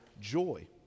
joy